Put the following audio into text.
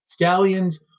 Scallions